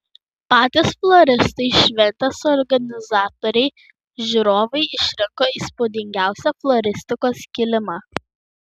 patys floristai šventės organizatoriai žiūrovai išrinko įspūdingiausią floristikos kilimą